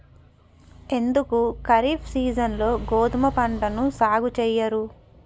ఎందుకు ఖరీఫ్ సీజన్లో గోధుమ పంటను సాగు చెయ్యరు?